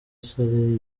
salle